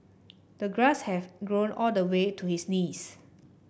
the grass had grown all the way to his knees